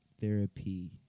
therapy